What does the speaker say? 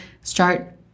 start